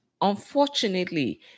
Unfortunately